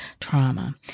trauma